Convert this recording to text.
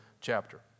chapter